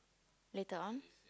later on